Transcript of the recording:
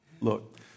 Look